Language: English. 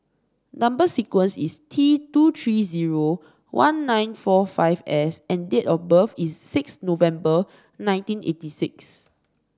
number sequence is T two three zero one nine four five S and date of birth is six November nineteen eighty six